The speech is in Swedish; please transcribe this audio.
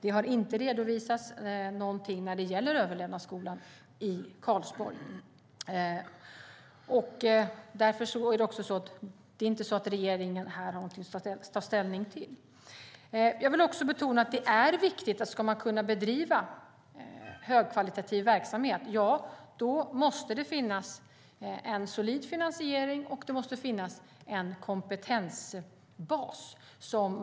Det har inte redovisats någonting när det gäller Överlevnadsskolan i Karlsborg. Det är inte något som regeringen har att ta ställning till. Jag vill betona att om man ska kunna bedriva högkvalitativ verksamhet måste det finnas en solid finansiering och en kompetensbas.